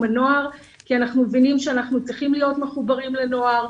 הנוער - כי אנחנו מבינים שאנחנו צריכים להיות מחוברים לנוער.